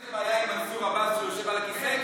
יש איזו בעיה עם מנסור עבאס שיושב על הכיסא?